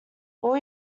all